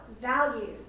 value